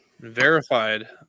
Verified